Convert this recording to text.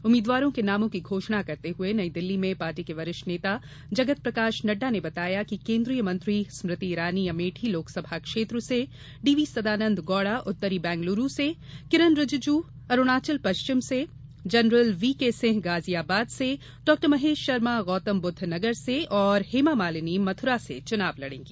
उम्मीद्वारों के नामों की घोषणा करते हुए नई दिल्ली में पार्टी के वरिष्ठ नेता जगत प्रकाश नड्डा ने बताया कि कोन्द्रीय मंत्री स्मृति ईरानी अमेठी लोकसभा क्षेत्र से डीवी सदानन्द गौड़ा उत्तरी बैंगलूरू से किरन रिजूजू अरुणाचल पश्चिम से general V K Singh Ghaziabad से डॉ महेश शर्मा गौतम बुद्ध नगर से और हेमा मालिनी मथुरा से चुनाव लड़ेंगी